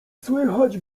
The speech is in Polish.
słychać